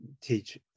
teach